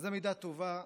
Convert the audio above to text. אז זו מידה טובה,